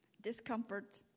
discomfort